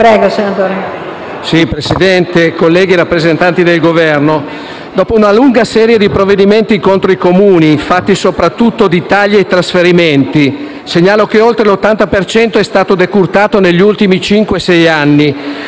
Presidente, colleghi, rappresentanti del Governo, dopo una lunga serie di provvedimenti contro i Comuni, fatti soprattutto di tagli ai trasferimenti - segnalo che oltre l'80 per cento è stato decurtato negli ultimi cinque